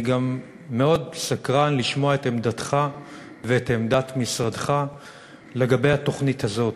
אני גם מאוד סקרן לשמוע את עמדתך ואת עמדת משרדך לגבי התוכנית הזאת.